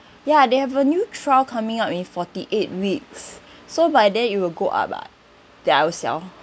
ya they have a new trial coming out in forty-eight weeks so by then it will go up lah then I will sell